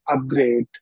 upgrade